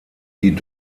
die